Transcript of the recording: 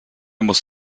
musst